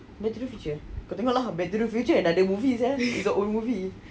into the future kau tengok lah back to the future another movie sia it's a old movie